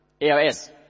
ALS